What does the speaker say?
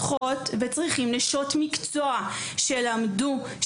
צריכות וצריכים נשות מקצוע שלמדו,